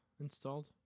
installed